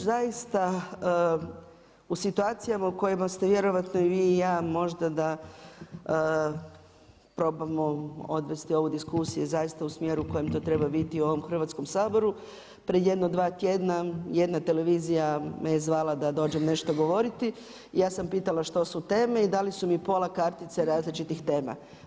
Zaista u situacijama u kojima ste vjerojatno i vi i ja možda da probamo odvesti ovu diskusiju zaista u smjeru u kojem to treba biti u ovom Hrvatskom saboru, pred jedno dva tjedna jedna televizija me je zvala da dođem nešto govoriti, ja sam pitala što su teme i dali su mi pola kartice različitih tema.